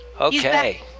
Okay